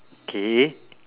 okay